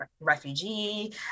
refugee